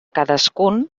cadascun